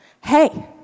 hey